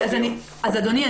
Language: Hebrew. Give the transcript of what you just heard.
אדוני,